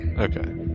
Okay